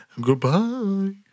Goodbye